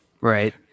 right